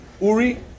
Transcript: Uri